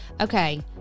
Okay